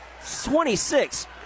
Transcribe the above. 26